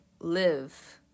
live